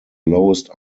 lowest